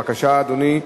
בבקשה, אדוני.